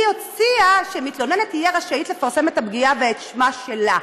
היא הציעה שמתלוננת תהיה רשאית לפרסם את הפגיעה ואת שמה שלה.